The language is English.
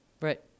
Right